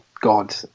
God